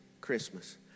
Christmas